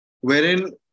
Wherein